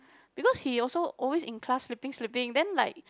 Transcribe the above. because he also always in class sleeping sleeping then like